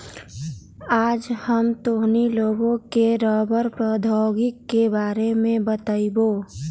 आज हम तोहनी लोग के रबड़ प्रौद्योगिकी के बारे में बतईबो